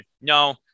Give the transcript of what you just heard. No